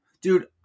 Dude